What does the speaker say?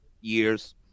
years